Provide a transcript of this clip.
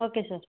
okay sir